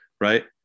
Right